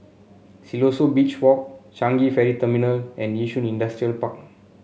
Siloso Beach Walk Changi Ferry Terminal and Yishun Industrial Park